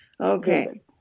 Okay